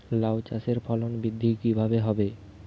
লাউ চাষের ফলন বৃদ্ধি কিভাবে হবে?